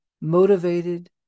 motivated